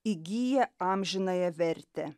įgyja amžinąją vertę